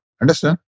Understand